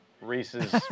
Reese's